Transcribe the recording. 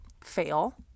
fail